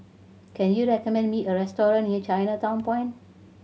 can you recommend me a restaurant near Chinatown Point